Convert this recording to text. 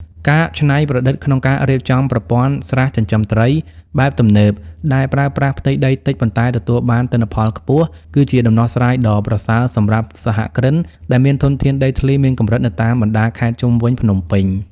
ការច្នៃប្រឌិតក្នុងការរៀបចំប្រព័ន្ធស្រះចិញ្ចឹមត្រីបែបទំនើបដែលប្រើប្រាស់ផ្ទៃដីតិច ប៉ុន្តែទទួលបានទិន្នផលខ្ពស់ គឺជាដំណោះស្រាយដ៏ប្រសើរសម្រាប់សហគ្រិនដែលមានធនធានដីធ្លីមានកម្រិតនៅតាមបណ្ដាខេត្តជុំវិញភ្នំពេញ។